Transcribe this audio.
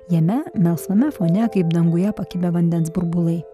jame melsvame fone kaip danguje pakibę vandens burbulai